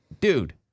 dude